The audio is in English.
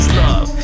love